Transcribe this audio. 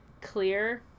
clear